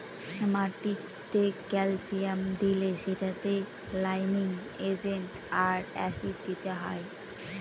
মাটিতে ক্যালসিয়াম দিলে সেটাতে লাইমিং এজেন্ট আর অ্যাসিড দিতে হয়